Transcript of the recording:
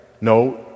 No